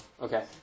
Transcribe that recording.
Okay